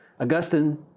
Augustine